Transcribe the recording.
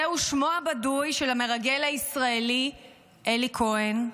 זהו שמו הבדוי של המרגל הישראלי אלי כהן,